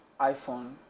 iPhone